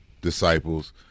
disciples